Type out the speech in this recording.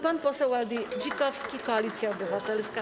Pan poseł Waldy Dzikowski, Koalicja Obywatelska.